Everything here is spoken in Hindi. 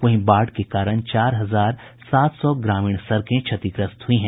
वहीं बाढ़ के कारण चार हजार सात सौ ग्रामीण सड़कें क्षतिग्रस्त हुई हैं